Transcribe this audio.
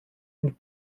und